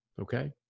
Okay